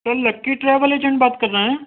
سر Lucky travel agent بات کر رہے ہیں